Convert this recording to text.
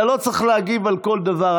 אתה לא צריך להגיב על כל דבר,